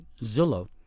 Zillow